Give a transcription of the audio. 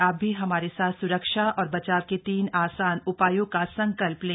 आप भी हमारे साथ स्रक्षा और बचाव के तीन आसान उपायों का संकल्प लें